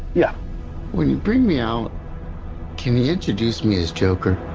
yeah when you bring me out kinney introduced me as joker